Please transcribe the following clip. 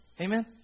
Amen